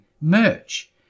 merch